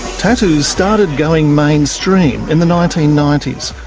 tattoos started going mainstream in the nineteen ninety s,